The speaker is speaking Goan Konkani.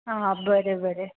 आं बरें बरें